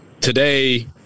today